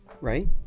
Right